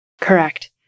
Correct